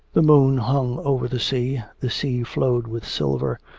the moon hung over the sea, the sea flowed with silver,